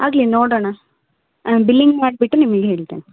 ಆಗಲಿ ನೋಡೋಣ ನಾನು ಬಿಲ್ಲಿಂಗ್ ಮಾಡಿಬಿಟ್ಟು ನಿಮಗ್ ಹೇಳ್ತೇನೆ